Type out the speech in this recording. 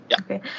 Okay